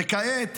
וכעת,